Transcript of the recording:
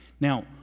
Now